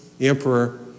emperor